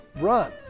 run